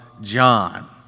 John